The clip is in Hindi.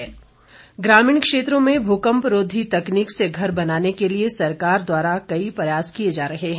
प्रशिक्षण ग्रामीण क्षेत्रों में भूकम्परोधी तकनीक से घर बनाने के लिए सरकार द्वारा कई प्रयास किए जा रहे हैं